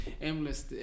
Endless